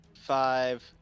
five